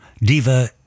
Diva